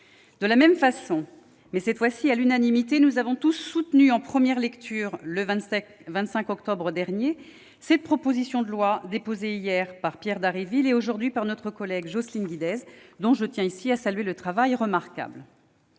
De la même façon, mais cette fois à l'unanimité, nous avons tous soutenu en première lecture, le 25 octobre dernier, cette proposition de loi, déposée initialement par Pierre Dharréville, puis reprise par notre collègue Jocelyne Guidez, dont je tiens à saluer le travail remarquable.